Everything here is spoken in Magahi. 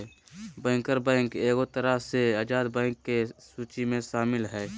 बैंकर बैंक एगो तरह से आजाद बैंक के सूची मे शामिल हय